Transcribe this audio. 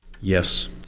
Yes